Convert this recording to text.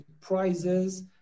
prizes